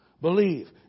Believe